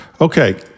Okay